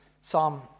Psalm